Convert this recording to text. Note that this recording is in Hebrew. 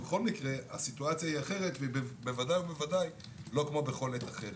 ובכל מקרה הסיטואציה היא אחרת ובוודאי ובוודאי לא כמו בכל עת אחרת.